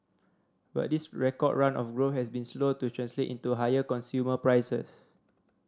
but this record run of growth has been slow to translate into higher consumer prices